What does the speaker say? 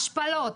השפלות,